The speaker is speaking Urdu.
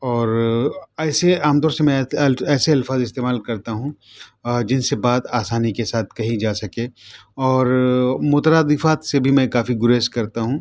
اور ایسے عام طور سے میں ایسے الفاظ استعمال کرتا ہوں جن سے بات آسانی کے ساتھ کہی جا سکے اور مترادفات سے بھی میں کافی گریز کرتا ہوں